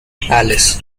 palace